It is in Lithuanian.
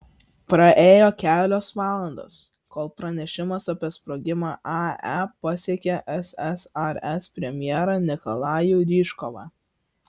praėjo kelios valandos kol pranešimas apie sprogimą ae pasiekė ssrs premjerą nikolajų ryžkovą